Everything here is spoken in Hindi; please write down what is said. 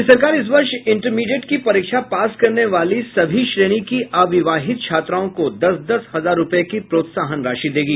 राज्य सरकार इस वर्ष इंटरमीडिएट की परीक्षा पास करने वाली सभी श्रेणी की अविवाहित छात्राओं को दस दस हजार रूपये की प्रोत्साह राशि देगी